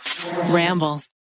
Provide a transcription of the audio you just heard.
ramble